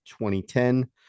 2010